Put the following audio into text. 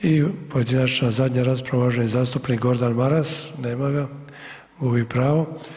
I pojedinačna zadnja rasprava, uvaženi zastupnik Gordan Maras, nema ga, gubi pravo.